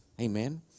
Amen